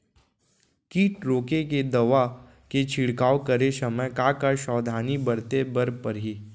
किट रोके के दवा के छिड़काव करे समय, का का सावधानी बरते बर परही?